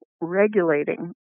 regulating